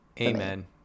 Amen